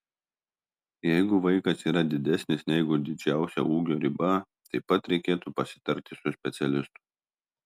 jeigu vaikas yra didesnis negu didžiausia ūgio riba taip pat reikėtų pasitarti su specialistu